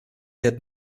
had